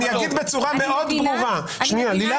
אגיד בצורה מאוד ברורה --- אני מבינה